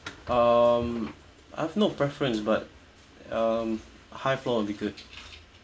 um I've no preference but um high floor will be good